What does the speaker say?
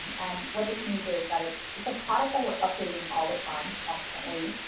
and what this means is that it's it's a product that we're updating all the time, constantly.